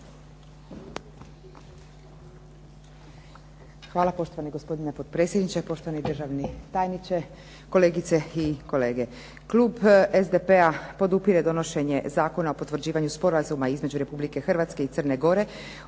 Hvala poštovani gospodine potpredsjedniče, poštovani državni tajniče, kolegice i kolege. Klub SDP- podupire donošenje Zakona o potvrđivanju Sporazuma između Republike Hrvatske i Crne Gore